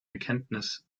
bekenntnis